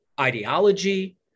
ideology